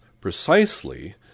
precisely